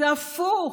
זה הפוך: